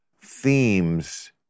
themes